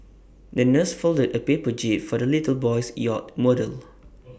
the nurse folded A paper jib for the little boy's yacht model